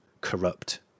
corrupt